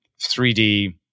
3D